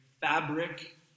fabric